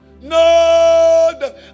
No